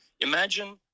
imagine